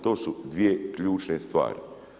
To su dvije ključne stvari.